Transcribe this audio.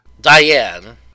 Diane